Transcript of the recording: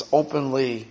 openly